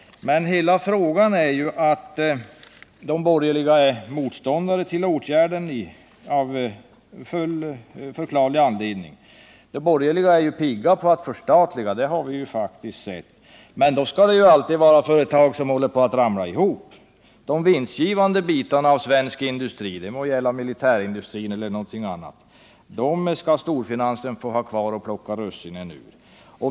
Men hela frågan strandar på att de borgerliga av förklarlig anledning är motståndare till åtgärden. De borgerliga är pigga på att förstatliga, det har vi faktiskt sett, men det skall alltid vara företag som håller på att ramla ihop. De vinstgivande bitarna av svensk industri, det må gälla militärindustrin eller något annat, skall storfinansen få ha kvar och plocka russinen ur.